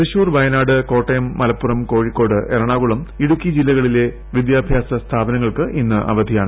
തൃശൂർ വയനാട് കോട്ടയം മലപ്പുറം കോഴിക്കോട് എറണാകുളം ഇടുക്കി ജില്ലകളിൽ വിദ്യാഭ്യാസ സ്ഥാപനങ്ങൾക്ക് ഇന്ന് അവധിയാണ്